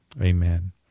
amen